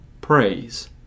praise